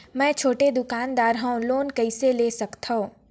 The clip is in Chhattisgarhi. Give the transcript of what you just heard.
मे छोटे दुकानदार हवं लोन कइसे ले सकथव?